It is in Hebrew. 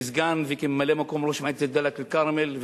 כסגן וכממלא-מקום ראש מועצת דאלית-אל-כרמל,